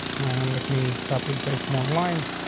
um, let me copy and paste more lines.